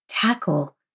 tackle